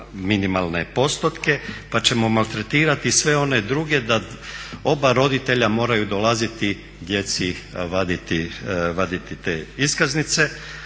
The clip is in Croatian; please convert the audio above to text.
minimalne postotke pa ćemo maltretirati sve one druge da oba roditelja moraju dolaziti djecu vaditi te iskaznice,